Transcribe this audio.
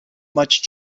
much